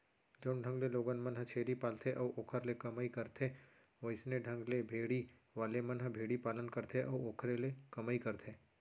जउन ढंग ले लोगन मन ह छेरी पालथे अउ ओखर ले कमई करथे वइसने ढंग ले भेड़ी वाले मन ह भेड़ी पालन करथे अउ ओखरे ले कमई करथे